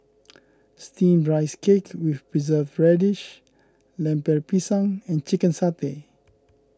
Steamed Rice Cake with Preserved Radish Lemper Pisang and Chicken Satay